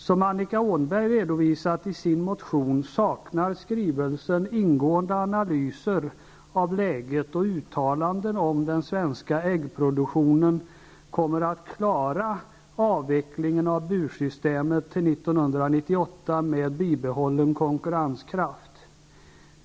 Som Annika Åhnberg redovisat i sin motion saknas i skrivelsen ingående analyser av läget och uttalanden om huruvida den svenska äggproduktionen klarar att med bibehållen konkurrenskraft avveckla nuvarande bursystem till 1998.